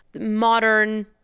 modern